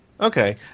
Okay